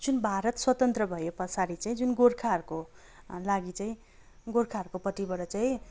जुन भारत स्वतन्त्र भए पछाडि चाहिँ जुन गोर्खाहरूको लागि चाहिँ गोर्खाहरूकोपट्टिबाट चाहिँ